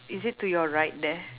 is it to your right there